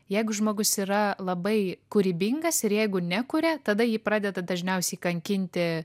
jeigu žmogus yra labai kūrybingas ir jeigu nekuria tada jį pradeda dažniausiai kankinti